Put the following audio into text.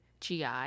GI